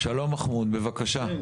שלום מחמוד, בבקשה.